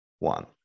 one